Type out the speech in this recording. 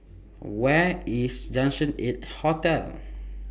Where IS Junction eight Hotel